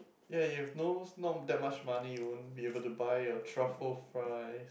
ya you've no~ not that much money you won't be able to buy your truffle fries